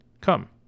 Come